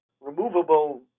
removable